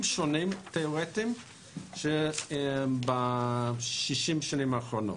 שונים תאורטיים ב-60 השנים האחרונות.